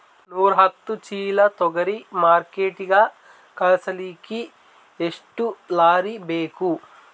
ನೂರಾಹತ್ತ ಚೀಲಾ ತೊಗರಿ ಮಾರ್ಕಿಟಿಗ ಕಳಸಲಿಕ್ಕಿ ಎಷ್ಟ ಲಾರಿ ಬೇಕು?